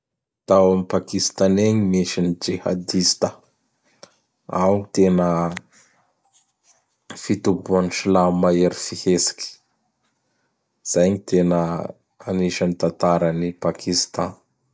Tao am Pakistanais gn misy ny Jihadista. Ao gny tena fitobohan'ny Silamo mahery fihetsiky. Zay gn tena agnisan'ny tataran'i Pakistan.